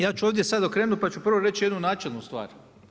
Ja ću ovdje sad okrenuti pa ću prvo reći jednu načelnu stvar.